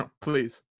Please